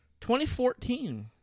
2014